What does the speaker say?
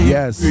Yes